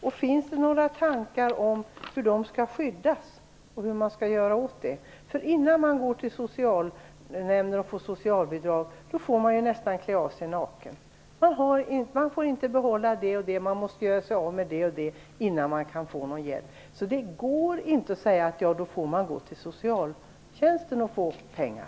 När man går till socialnämnden får man nästan klä av sig naken innan man får socialbidrag. Man får inte behålla det eller det, och man måste göra sig av med det och det innan man kan få någon hjälp. Det går inte att säga att människor får gå till socialtjänsten och få pengar.